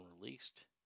released